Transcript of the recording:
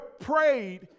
prayed